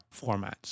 formats